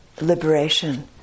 liberation